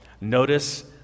Notice